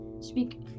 speak